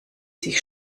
sich